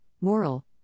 moral